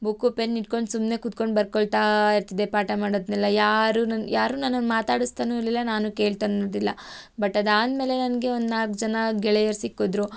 book pen ಇಟ್ಕೊಂಡು ಸುಮ್ಮನೆ ಕೂತ್ಕೊಂಡು ಬರ್ಕೊಳ್ತಾ ಇರ್ತಿದ್ದೆ ಪಾಠ ಮಾಡೋದ್ನೆಲ್ಲ ಯಾರು ನನ್ನ ಯಾರು ನನ್ನನ್ನು ಮಾತಾಡಿಸ್ತಲೂ ಇರಲಿಲ್ಲ ನಾನು ಕೇಳ್ತನು ಇಲ್ಲ ಬಟ್ ಅದಾದ್ಮೇಲೆ ನನಗೆ ಒಂದು ನಾಲ್ಕು ಜನ ಗೆಳೆಯರು ಸಿಕ್ಕಿದ್ರು